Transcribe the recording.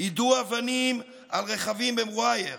יידו אבנים על רכבים במוע'ייר,